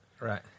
Right